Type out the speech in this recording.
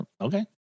Okay